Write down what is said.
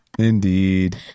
Indeed